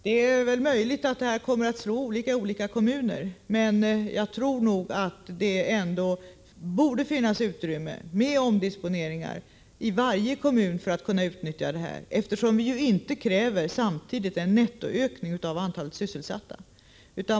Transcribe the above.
Det är möjligt att detta kommer att slå olika i olika kommuner, men jag tror att man i varje kommun, med hjälp av omdisponeringar, ändå borde ha utrymme för att kunna utnyttja denna möjlighet, eftersom vi inte samtidigt kräver någon nettoökning av antalet sysselsatta.